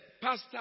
pastor